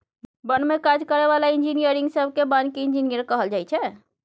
बन में काज करै बला इंजीनियरिंग सब केँ बानिकी इंजीनियर कहल जाइ छै